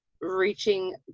reaching